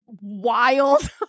wild